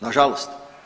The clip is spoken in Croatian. Nažalost.